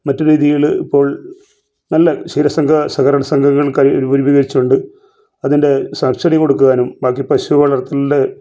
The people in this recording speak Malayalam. മറ്റു രീതികള് ഇപ്പോൾ നല്ല ക്ഷീര സംഘ സഹകരണ സംഘങ്ങളൊക്കെ രൂപീകരിച്ചിട്ടുണ്ട് അതിൻ്റെ സബ്സീഡി കൊടുക്കുവാനും ബാക്കി പശു വളർത്തലിന്റെ